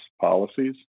policies